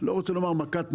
אני לא רוצה לומר מכת מוות,